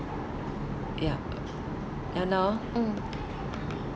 ya ya now mm